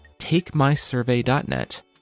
TakeMySurvey.net